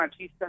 machista